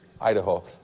Idaho